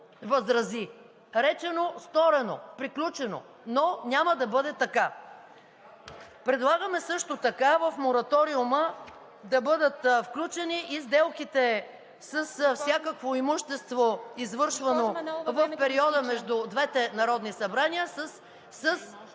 Речено – сторено – приключено, но няма да бъде така. Предлагаме също така в мораториума да бъдат включени и сделките с всякакво имущество, извършвано в периода между двете народни събрания...